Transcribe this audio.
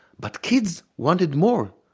but kids, wanted more!